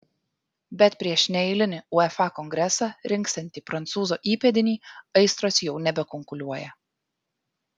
bet prieš neeilinį uefa kongresą rinksiantį prancūzo įpėdinį aistros jau nebekunkuliuoja